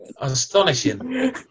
Astonishing